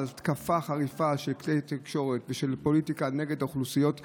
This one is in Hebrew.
אבל התקפה חריפה של כלי תקשורת ופוליטיקה נגד האוכלוסיות החרדיות,